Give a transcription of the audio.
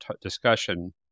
discussion